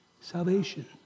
salvation